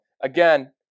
Again